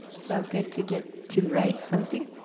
it felt good to get to write something.